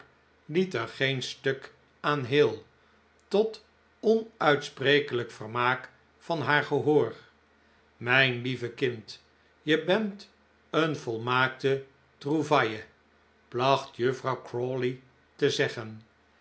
liet er geen stuk aan heel tot onuitsprekelijk vermaak van haar gehoor mijn lieve kind je bent een volmaakte trouvaille placht juffrouw crawley te zeggen